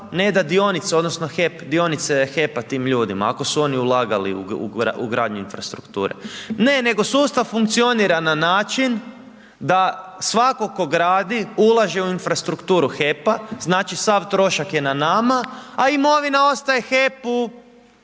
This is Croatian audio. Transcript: ne da dionice odnosno dionice HEP-a tim ljudima ako su oni ulagali u gradnju infrastrukture? Ne, nego sustav funkcionira na način da svatko tko gradi, ulaže u infrastrukturu HEP-a znači sav trošak je na nama a imovina ostaje HEP-u